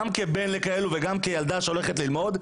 גם כבן לכאלה וגם כאב לילדה שהולכת ללמוד,